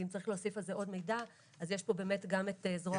ואם צריך להוסיף על זה עוד מידע אז יש פה גם את זרוע העבודה.